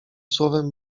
słowem